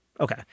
Okay